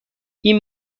این